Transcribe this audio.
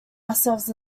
ourselves